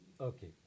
Okay